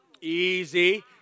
Easy